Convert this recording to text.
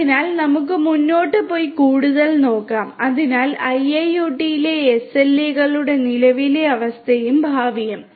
അതിനാൽ നമുക്ക് മുന്നോട്ട് പോയി കൂടുതൽ നോക്കാം അതിനാൽ IIoT ലെ SLA കളുടെ നിലവിലെ അവസ്ഥയും ഭാവിയും